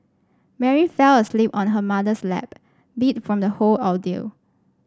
Mary fell asleep on her mother's lap beat from the whole ordeal